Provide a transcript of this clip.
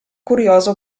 curiosa